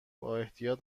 بااحتیاط